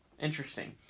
interesting